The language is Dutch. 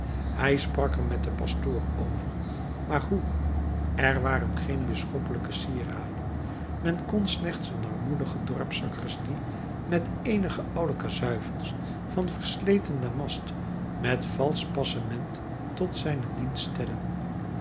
hij sprak er met den pastoor over maar hoe er waren geen bisschoppelijke sieraden men kon slechts een armoedige dorpssacristie met eenige oude kazuifels van versleten damast met valsch passement tot zijnen dienst stellen